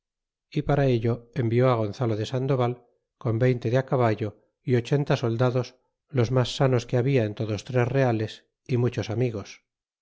y para ello envió gonzalo de sandoval con veinte de caballo y ochenta soldados los mas sanos que habla en todos tres reales y muchos amigos